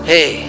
Hey